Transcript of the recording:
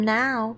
now